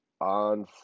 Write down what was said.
on